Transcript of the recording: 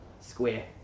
Square